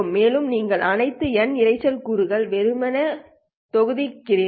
மேலும் நீங்கள் அனைத்து Nase இரைச்சல் கூறுகள் வெறுமனே தொகுக்கிறீர்கள்